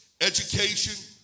education